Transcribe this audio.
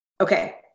Okay